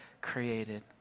created